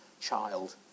child